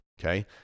Okay